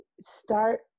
start